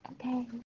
okay